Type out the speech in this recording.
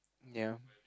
ya